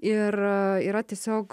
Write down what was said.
ir yra tiesiog